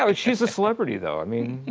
ah but she's a celebrity, though. i mean,